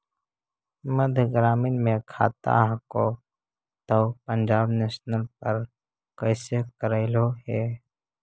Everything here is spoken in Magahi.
मध्य ग्रामीण मे खाता हको तौ पंजाब नेशनल पर कैसे करैलहो हे?